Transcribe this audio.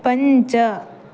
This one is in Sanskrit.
पञ्च